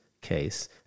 case